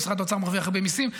משרד האוצר מרוויח הרבה מיסים.